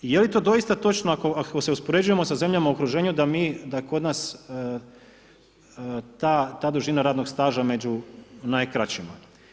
I je li to doista točno ako se uspoređujemo sa zemljama u okruženju da mi, da je kod nas ta dužina radnog staža među najkraćima.